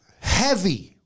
heavy